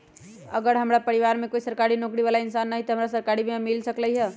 अगर हमरा परिवार में कोई सरकारी नौकरी बाला इंसान हई त हमरा सरकारी बीमा मिल सकलई ह?